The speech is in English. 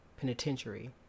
Penitentiary